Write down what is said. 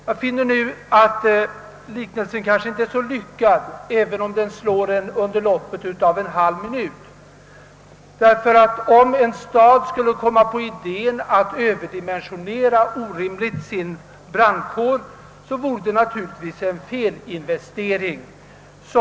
Jag anser att liknelsen inte är så lyckad även om den är anslående vid första anblicken — ty om en stad skulle komma på idén att orimligt överdimensionera sin brandkår vore det naturligtvis en felinvestering.